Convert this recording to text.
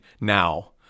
now